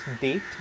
date